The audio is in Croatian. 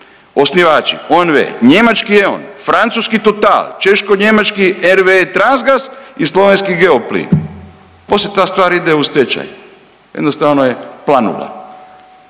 osnivači ONV, njemački EON, francuski Total, češko-njemački RWE Transgas i slovenski Geoplin. Poslije ta stvar ide u stečaj, jednostavno je planula.